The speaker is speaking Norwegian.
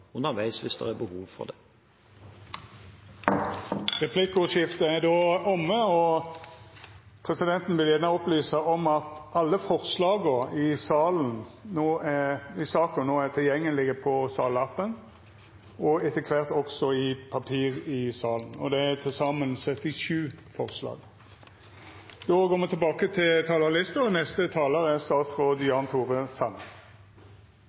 det er behov for det. Replikkordskiftet er omme. Presidenten vil gjerne opplysa om at alle forslaga i saka no er tilgjengeleg i salappen, etter kvart også på papir i salen. Det er til saman 77 forslag. Vi står forhåpentligvis ved starten på slutten. Hvor lang den blir, vet vi ikke. Det er